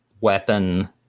weapon